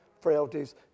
frailties